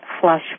Flush